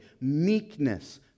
meekness